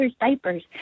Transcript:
diapers